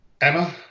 Emma